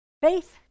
Faith